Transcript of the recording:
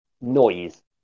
noise